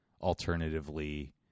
alternatively